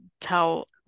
tell